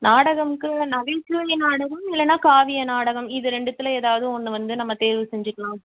நாடகம்க்கு நகைச்சுவை நாடகம் இல்லைன்னா காவிய நாடகம் இது ரெண்டுத்தில் எதாவது ஒன்று வந்து நம்ம தேர்வு செஞ்சுக்கலாம்